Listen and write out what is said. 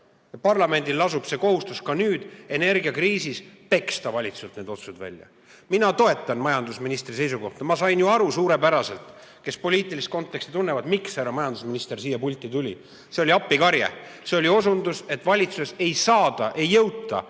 Parlamendil lasub see kohustus ka nüüd, energiakriisis peksta valitsuselt otsused välja. Mina toetan majandusministri seisukohta, ma sain ju suurepäraselt aru – kes poliitilist konteksti tunnevad –, miks härra majandusminister siia pulti tuli. See oli appikarje. See oli osundus, et valitsuses ei jõuta